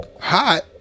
hot